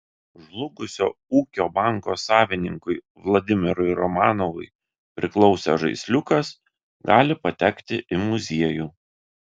žlugusio ūkio banko savininkui vladimirui romanovui priklausęs žaisliukas gali patekti į muziejų